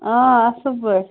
آ اصٕل پٲٹھۍ